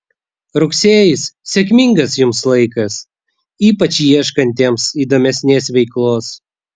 rugsėjis sėkmingas jums laikas ypač ieškantiems įdomesnės veiklos